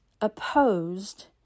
opposed